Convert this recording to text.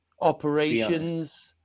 operations